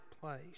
place